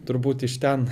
turbūt iš ten